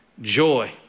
joy